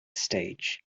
stage